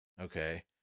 Okay